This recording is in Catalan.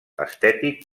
estètic